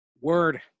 Word